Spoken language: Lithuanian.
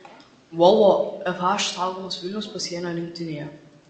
volvo fh saugomas vilniaus pasienio rinktinėje